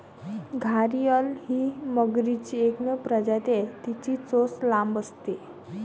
घारीअल ही मगरीची एकमेव प्रजाती आहे, तिची चोच लांब असते